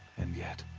and yet.